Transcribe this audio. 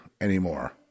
anymore